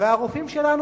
והרופאים שלנו,